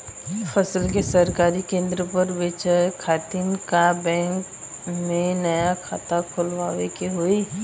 फसल के सरकारी केंद्र पर बेचय खातिर का बैंक में नया खाता खोलवावे के होई?